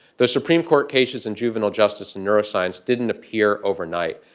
those supreme court cases in juvenile justice and neuroscience didn't appear overnight.